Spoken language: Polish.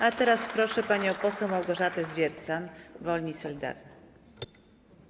A teraz proszę panią poseł Małgorzatę Zwiercan, Wolni i Solidarni.